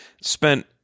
spent